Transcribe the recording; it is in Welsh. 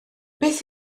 beth